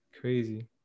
Crazy